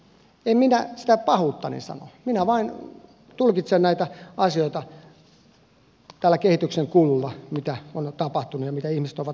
en minä sitä pahuuttani sano minä vain tulkitsen näitä asioita tällä kehityksenkululla mitä on tapahtunut ja mitä ihmiset ovat sanoneet